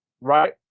right